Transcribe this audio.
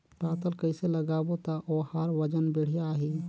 पातल कइसे लगाबो ता ओहार वजन बेडिया आही?